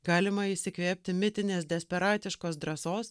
galima įsikvėpti mitinės desperatiškos drąsos